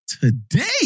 Today